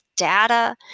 data